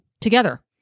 together